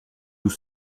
nous